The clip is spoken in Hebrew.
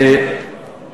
ממש מקור לגאווה.